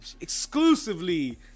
exclusively